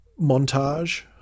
montage